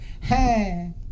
hey